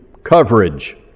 coverage